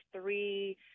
three